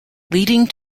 leading